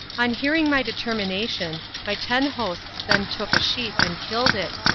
on hearing my determination my ten hosts then took a sheep and killed it,